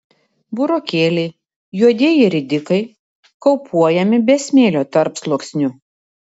burokėliai juodieji ridikai kaupuojami be smėlio tarpsluoksnių